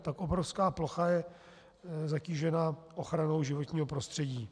Tak obrovská plocha je zatížena ochranou životního prostředí.